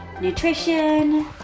nutrition